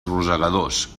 rosegadors